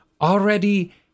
already